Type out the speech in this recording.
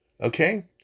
Okay